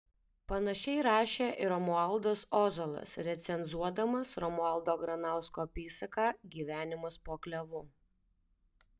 panašiai rašė ir romualdas ozolas recenzuodamas romualdo granausko apysaką gyvenimas po klevu